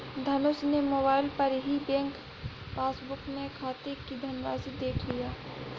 धनुष ने मोबाइल पर ही बैंक पासबुक में खाते की धनराशि देख लिया